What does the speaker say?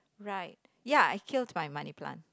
right ya I killed my money plant